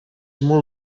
molt